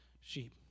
sheep